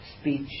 speech